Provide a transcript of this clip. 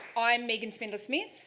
i am megan spindler smith.